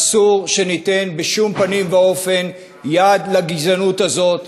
אסור שניתן בשום פנים ואופן יד לגזענות הזאת.